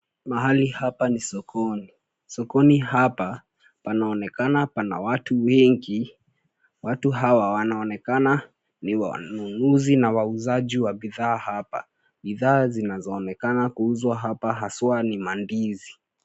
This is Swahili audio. Mahali hapa ni sokoni. Sokoni hapa panaonekana pana watu wengi. Watu hawa wanaonekana ni wanunuzi na wauzaji wa bidhaa hapa. Bidhaa zinazooneka kuuzwa hapa haswa ni mandizi.